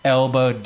elbow